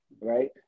right